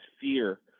fear